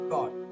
God